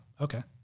okay